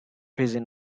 raising